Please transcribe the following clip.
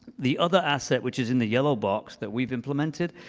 the other asset, which is in the yellow box that we've implemented,